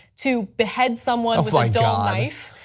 to behead someone with like adult life.